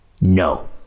no